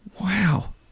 Wow